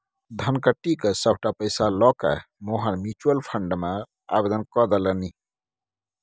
धनकट्टी क सभटा पैसा लकए मोहन म्यूचुअल फंड मे आवेदन कए देलनि